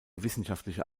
wissenschaftliche